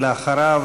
ואחריו,